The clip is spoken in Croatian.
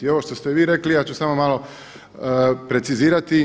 I ovo što ste vi rekli ja ću samo malo precizirati.